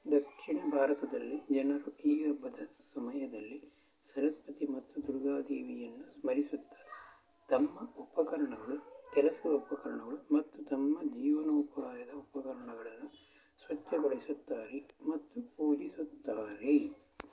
ದಕ್ಷಿಣ ಭಾರತದಲ್ಲಿ ಜನರು ಈ ಹಬ್ಬದ ಸಮಯದಲ್ಲಿ ಸರಸ್ವತಿ ಮತ್ತು ದುರ್ಗಾ ದೇವಿಯನ್ನು ಸ್ಮರಿಸುತ್ತಾ ತಮ್ಮ ಉಪಕರಣಗಳು ಕೆಲಸದ ಉಪಕರಣಗಳು ಮತ್ತು ತಮ್ಮ ಜೀವನೋಪಾಯದ ಉಪಕರಣಗಳನ್ನು ಸ್ವಚ್ಛಗೊಳಿಸುತ್ತಾರೆ ಮತ್ತು ಪೂಜಿಸುತ್ತಾರೆ